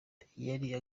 yari